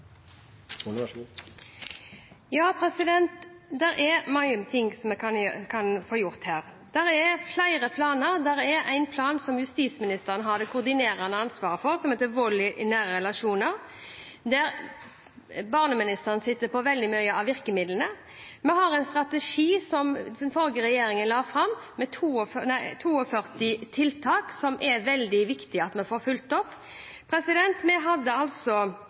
det koordinerende ansvaret for, om vold i nære relasjoner, der barneministeren sitter på veldig mye av virkemidlene. Vi har en strategi som den forrige regjeringen la fram, med 42 tiltak som det er veldig viktig at vi får fulgt opp. Vi hadde altså